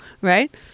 right